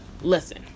listen